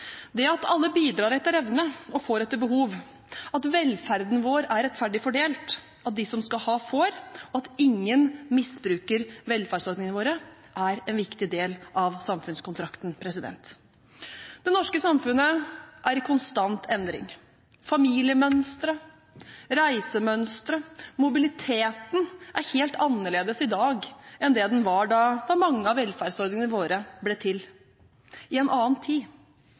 det at alle bidrar etter evne og får etter behov, at velferden vår er rettferdig fordelt, at de som skal ha, får, og at ingen misbruker velferdsordningene våre, er en viktig del av samfunnskontrakten. Det norske samfunnet er i konstant endring. Familiemønstre, reisemønstre, mobiliteten er helt annerledes i dag enn det den var da mange av velferdsordningene våre ble til – i en annen tid.